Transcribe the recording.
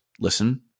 Listen